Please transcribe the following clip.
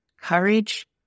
courage